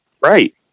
right